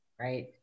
right